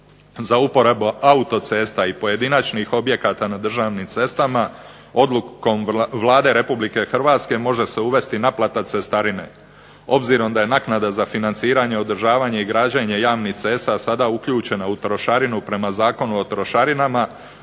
Za uporabu autocesta i pojedinačnih objekata na državnim cestama odlukom Vlade Republike Hrvatske može se uvesti naplata cestarine. Obzirom da je naknada za financiranje, održavanje i građenje javnih cesta sada uključena u trošarinu prema Zakonu o trošarina,a